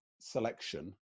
selection